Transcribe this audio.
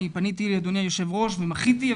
אני פניתי לאדוני היושב ראש ומחיתי,